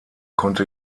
konnte